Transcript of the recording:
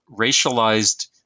racialized